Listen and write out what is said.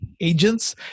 agents